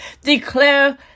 Declare